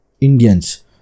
Indians